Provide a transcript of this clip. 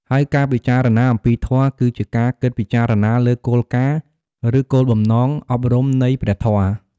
ហើយការពិចារណាអំពីធម៌ គឺជាការគិតពិចារណាលើគោលការណ៍ ឬគោលបំណងអប់រំនៃព្រះធម៌។